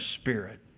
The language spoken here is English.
spirit